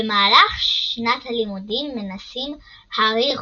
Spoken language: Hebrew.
במהלך שנת הלימודים מנסים הארי,